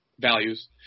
values